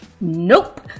Nope